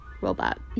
robot